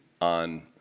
on